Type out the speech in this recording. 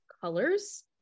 colors